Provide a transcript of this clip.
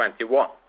2021